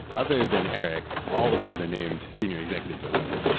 other than eric, all of the other named senior executives are women.